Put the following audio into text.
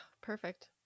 perfect